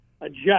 adjust